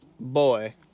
Boy